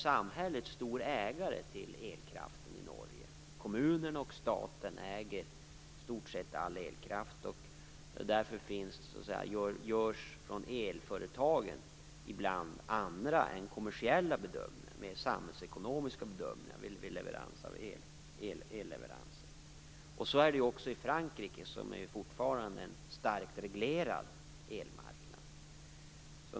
Samhället är ju stor ägare till elkraften i Norge. Kommunen och staten äger i stort sett all elkraft. Därför gör elföretagen ibland andra bedömningar än kommersiella. De gör mer samhällsekonomiska bedömningar vid elleveranser. Så är det också i Frankrike. Där är elmarknaden fortfarande starkt reglerad.